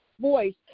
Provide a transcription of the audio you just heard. voice